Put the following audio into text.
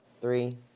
three